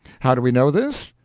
how do we know this?